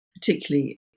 particularly